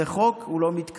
זה חוק, הוא לא מתקיים.